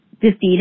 defeated